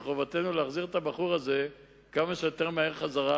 וחובתנו להחזיר את הבחור הזה כמה שיותר מהר חזרה.